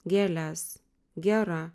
gėles gera